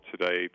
today